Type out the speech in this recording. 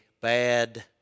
bad